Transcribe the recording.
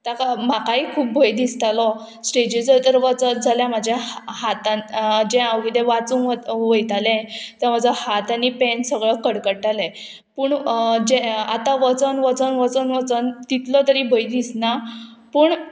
ताका म्हाकाय खूब भंय दिसतालो स्टेजी जर तर वचत जाल्यार म्हाज्या हातान जें हांव कितें वाचूंक वत वयतालें तें म्हजो हात आनी पेन सगळो कडकडटाले पूण जे आतां वचोन वचोन वचोन वचोन तितलो तरी भंय दिसना पूण